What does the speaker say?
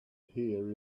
here